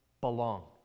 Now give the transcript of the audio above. belong